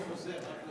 עיסאווי,